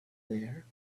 there